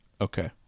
Okay